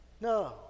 No